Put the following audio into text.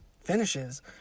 finishes